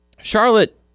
Charlotte